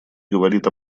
говорит